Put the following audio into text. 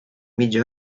mitja